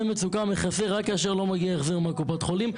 מצוקה מכסה רק כאשר לא מגיע החזר מקופת החולים.